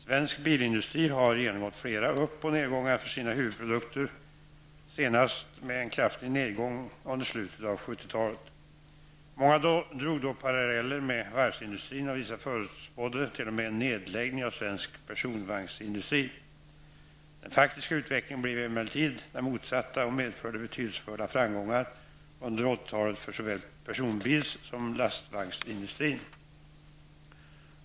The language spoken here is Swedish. Svensk bilindustri har genomgått flera upp och nedgångar för sina huvudprodukter, senast med en kraftig nedgång under slutet av 70-talet. Många drog då paralleller med varvsindustrin och vissa förutspådde t.o.m. en nedläggning av svensk personvagnsindustri. Den faktiska utvecklingen blev emellertid den motsatta och medförde betydelsefulla framgångar under 80-talet för såväl personbils som lastvagnsindustrin.